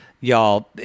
y'all